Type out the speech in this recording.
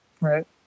right